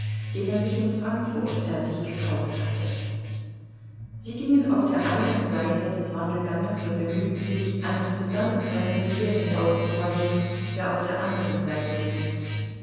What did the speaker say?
den er sich in frankfurt fertig gekauft hatte sie gingen auf der einen seite des wandelganges und bemühten sich einem zusammentreffen mit ljewin auszuweichen der auf der andern seite ging